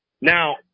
now